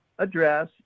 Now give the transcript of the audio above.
address